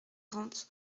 quarante